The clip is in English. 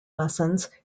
lessons